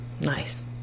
Nice